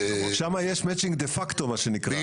שם יש מצ'ינג the facto, מה שנקרא.